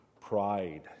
pride